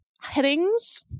headings